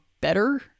better